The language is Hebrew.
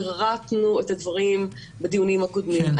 פירטנו את הדברים בדיונים הקודמים.